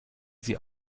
sie